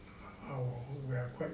our we are quite